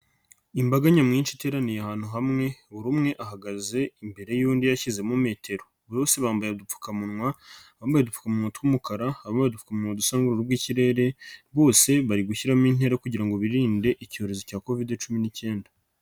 Imbaga nyamwinshi iteraniye ahantu hamwe buri umwe ahagaze imbere y'undi yashyizemo metero, bose bambaye udupfukamunwa, abambaye utupfukamu tw'umukara, abambaye udupfukamunwa dusa n'ubururu bw'ikirere, bose bari gushyiramo intera kugira ngo birinde icyorezo cya Covide cumi n'icyenda.